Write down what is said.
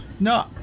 No